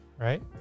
Right